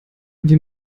wie